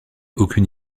aucune